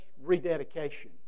rededication